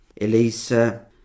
Elisa